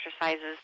exercises